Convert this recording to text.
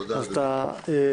תודה, אדוני.